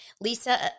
Lisa